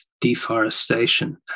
deforestation